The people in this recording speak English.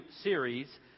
series